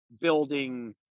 building